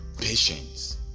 patience